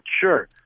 Sure